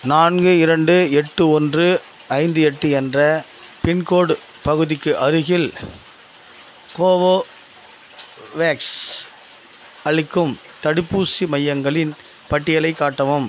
நான்கு இரண்டு எட்டு ஒன்று ஐந்து எட்டு என்ற பின்கோட் பகுதிக்கு அருகில் கோவோவேக்ஸ் அளிக்கும் தடுப்பூசி மையங்களின் பட்டியலைக் காட்டவும்